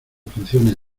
funcione